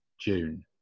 June